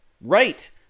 right